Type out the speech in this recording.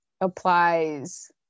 applies